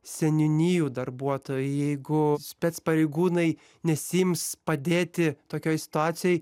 seniūnijų darbuotojai jeigu spec pareigūnai nesiims padėti tokioj situacijoj